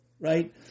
Right